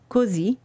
Così